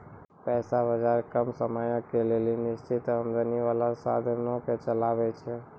पैसा बजार कम समयो के लेली निश्चित आमदनी बाला साधनो के चलाबै छै